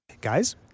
Guys